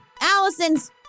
Allison's